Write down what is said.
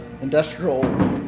industrial